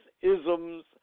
isms